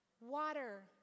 water